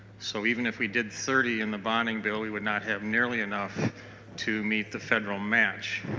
so even if we did thirty in the bonding bill we would not have nearly enough to meet the federal match.